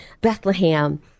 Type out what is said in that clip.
Bethlehem